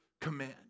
command